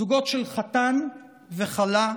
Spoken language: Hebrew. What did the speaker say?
זוגות של חתן וכלה,